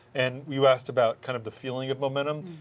and you asked about kind of the feeling of momentum.